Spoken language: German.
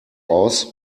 aus